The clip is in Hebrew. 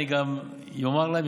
אני אומר להם,